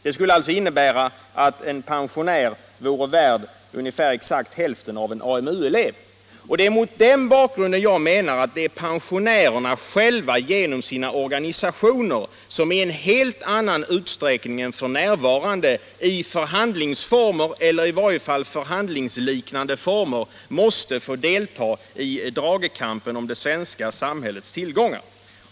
Det skulle betyda att en pensionär vore värd exakt hälften av vad en AMU-elev är värd. Det är mot den bakgrunden jag menar att pensionärerna själva genom sina organisationer i en helt annan utsträckning än f. n. i förhandlingsformer eller i varje fall förhandlingsliknande former måste få delta i dragkampen om det svenska samhällets tillgångar.